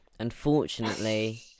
Unfortunately